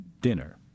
Dinner